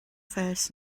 first